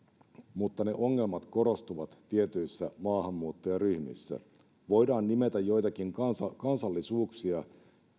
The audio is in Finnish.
mutta ne ongelmat korostuvat tietyissä maahanmuuttajaryhmissä voidaan nimetä joitakin kansallisuuksia